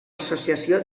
associació